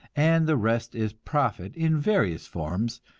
and the rest is profit in various forms,